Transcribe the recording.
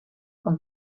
van